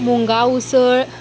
मुंगा उसळ